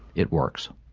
it works.